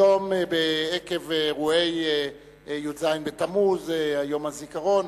היום עקב אירועי י"ז בתמוז, יום הזיכרון,